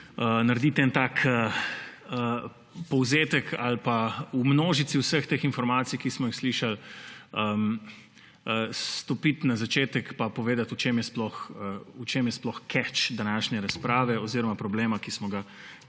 narediti en tak povzetek ali pa v množici vseh teh informacij, ki smo jih slišali, stopiti na začetek pa povedati o čem je sploh catch današnje razprave oziroma problema, ki smo ga